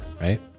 right